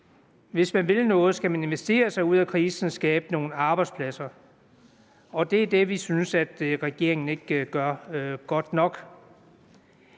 Hvis man vil noget, skal man investere sig ud af krisen og skabe nogle arbejdspladser. Og det er det, vi synes regeringen ikke gør godt nok.